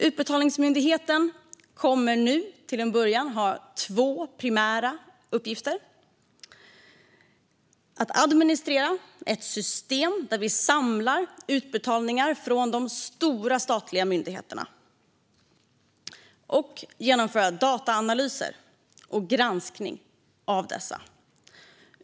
Utbetalningsmyndigheten kommer till en början att ha två primära uppgifter: att administrera ett system där vi samlar utbetalningar från de stora statliga myndigheterna och att genomföra dataanalyser och granskning av dessa.